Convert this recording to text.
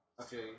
Okay